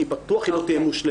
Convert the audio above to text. כי בטוח היא לא תהיה מושלמת.